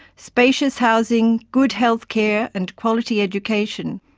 spacious housing, good health care and quality education.